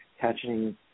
catching